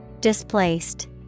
Displaced